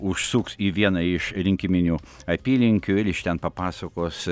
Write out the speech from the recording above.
užsuks į vieną iš rinkiminių apylinkių ir iš ten papasakos